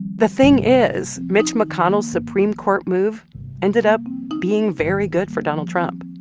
the thing is mitch mcconnell's supreme court move ended up being very good for donald trump.